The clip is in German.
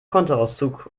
kontoauszug